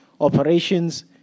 operations